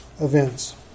events